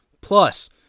Plus